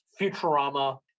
Futurama